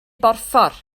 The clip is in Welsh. borffor